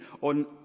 on